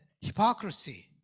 hypocrisy